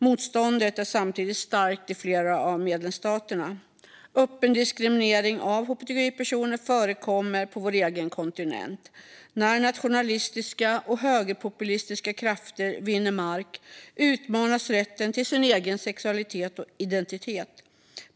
Motståndet är samtidigt starkt i flera av medlemsstaterna. Öppen diskriminering av hbtqi-personer förekommer på vår egen kontinent. När nationalistiska och högerpopulistiska krafter vinner mark utmanas rätten till ens egen sexualitet och identitet.